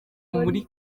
muri